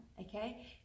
okay